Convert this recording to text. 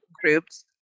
groups